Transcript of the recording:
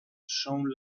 shone